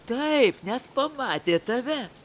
taip nes pamatė tave